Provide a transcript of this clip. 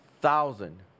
thousand